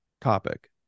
topic